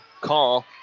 call